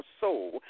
soul